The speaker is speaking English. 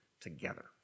together